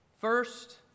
First